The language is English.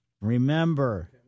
remember